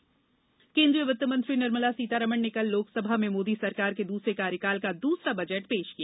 budget केन्द्रीय वित्त मंत्री निर्मला सीतारमण ने कल लोकसभा में मोदी सरकार के दूसरे कार्यकाल का दूसरा बजट पेश किया